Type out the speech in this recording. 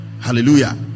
hallelujah